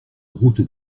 route